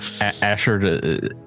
Asher